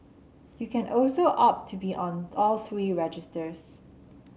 you can also opt to be on all three registers